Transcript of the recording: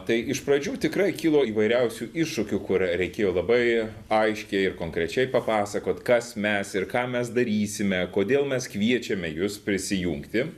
tai iš pradžių tikrai kilo įvairiausių iššūkių kur reikėjo labai aiškiai ir konkrečiai papasakot kas mes ir ką mes darysime kodėl mes kviečiame jus prisijungti